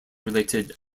related